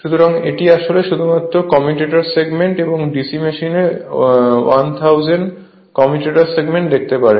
সুতরাং এটি আসলে শুধুমাত্র দুটি কমিউটেটর সেগমেন্ট এবং DC মেশিনে 1000 কমিউটেটর সেগমেন্ট দেখাতে পারে